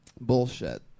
bullshit